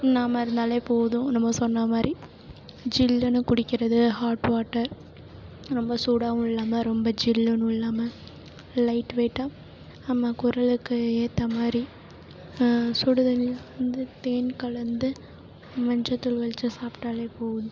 உண்ணாமல் இருந்தால் போதும் நம்ம சொன்னா மாதிரி ஜில்லுனு குடிக்கிறது ஹாட் வாட்டர் ரொம்ப சூடாகவும் இல்லாமல் ரொம்ப ஜில்லுனும் இல்லாமல் லைட் வெயிட்டாக நம்ம குரலுக்கு ஏற்ற மாதிரி சுடு தண்ணியில் வந்து தேன் கலந்து மஞ்சத்தூள் வச்சி சாப்ட்டால் போதும்